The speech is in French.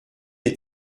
est